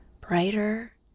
Brighter